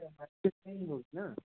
नहीं होगी न